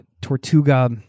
Tortuga